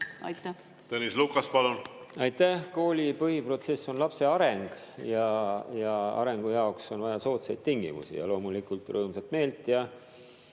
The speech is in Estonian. palun! Tõnis Lukas, palun! Aitäh! Kooli põhiprotsess on lapse areng. Arengu jaoks on vaja soodsaid tingimusi ning loomulikult ka rõõmsat meelt